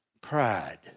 Pride